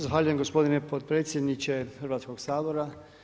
Zahvaljujem gospodine potpredsjedniče Hrvatskog sabora.